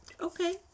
Okay